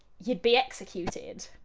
you'd be executed!